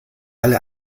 alle